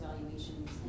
evaluations